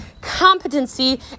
competency